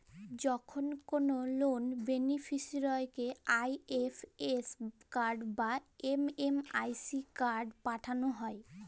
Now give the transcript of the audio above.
যখন কল লন বেনিফিসিরইকে আই.এফ.এস কড বা এম.এম.আই.ডি কড পাঠাল হ্যয়